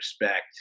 respect